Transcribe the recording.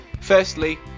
Firstly